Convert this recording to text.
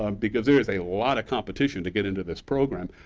um because there is a lot of competition to get into this program.